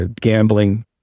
gambling